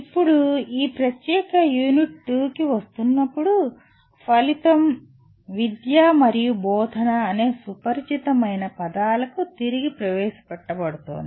ఇప్పుడు ఈ ప్రత్యేక యూనిట్ 2 కి వస్తున్నప్పుడు ఫలితం "విద్య" మరియు "బోధన" అనే సుపరిచితమైన పదాలకు తిరిగి ప్రవేశపెట్టబడుతుంది